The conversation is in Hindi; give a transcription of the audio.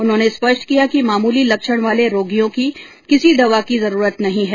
उन्होंने स्पष्ट किया है कि मामुली लक्षण वाले रोगियों को किसी दवा की जरूरत नहीं है